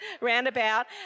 roundabout